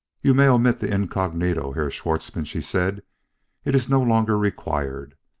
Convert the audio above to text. you may omit the incognito, herr schwartzmann, she said it is no longer required.